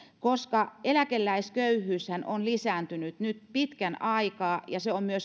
koska eläkeläisköyhyyshän on lisääntynyt nyt pitkän aikaa sen määrä on